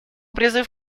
призыв